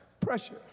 pressure